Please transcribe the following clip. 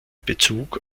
bezug